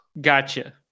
Gotcha